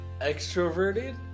extroverted